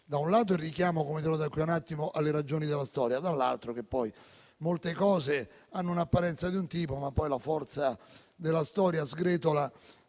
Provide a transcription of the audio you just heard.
da un lato il richiamo, come dirò tra un attimo, alle ragioni della storia, dall'altro che molte cose hanno una certa apparenza, ma poi la forza della storia sgretola